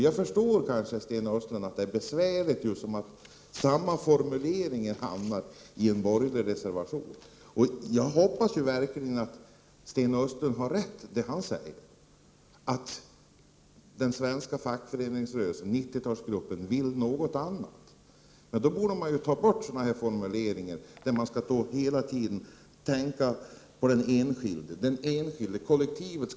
Jag förstår att Sten Östlund tycker att det är besvärande att samma formulering som 90-talsgruppen använt hamnar i en borgerlig reservation. Jag hoppas verkligen att Sten Östlund har rätt i det han säger om att den svenska fackföreningsrörelsen och 90-talsgruppen vill något annat. I så fall borde man ta bort sådana formuleringar, där man hela tiden skall tänka på den enskilde. Skall man lämna kollektivet?